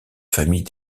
famille